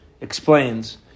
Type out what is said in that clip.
explains